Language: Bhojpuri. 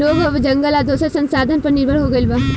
लोग अब जंगल आ दोसर संसाधन पर निर्भर हो गईल बा